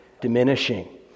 diminishing